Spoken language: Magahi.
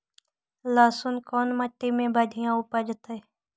लहसुन कोन मट्टी मे बढ़िया उपजतै?